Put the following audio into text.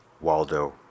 Waldo